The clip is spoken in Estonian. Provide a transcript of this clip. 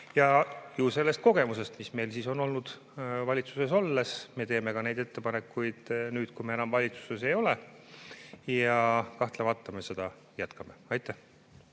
Ju sellest kogemusest, mis meil on olnud valitsuses olles, me teeme neid ettepanekuid ka nüüd, kui me enam valitsuses ei ole. Ja kahtlemata me seda jätkame. Aitäh!